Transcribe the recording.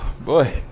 boy